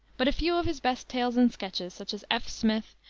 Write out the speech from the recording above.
but a few of his best tales and sketches, such as f. smith,